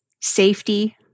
safety